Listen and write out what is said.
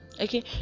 okay